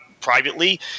privately